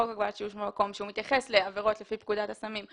חוק הגבלת שימוש במקום שמתייחס לעבירות לפי פקודת הסמים,